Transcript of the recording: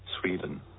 Sweden